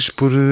por